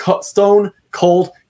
stone-cold